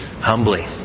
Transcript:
humbly